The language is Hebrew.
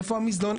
איפה המזנון,